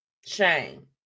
shame